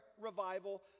revival